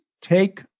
take